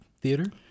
Theater